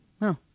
No